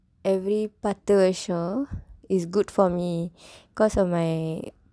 every பத்து வருஷம் :paththu varusham is good for me cause of my